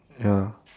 ya